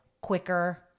quicker